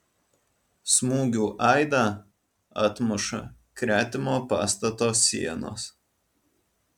smūgių aidą atmuša gretimo pastato sienos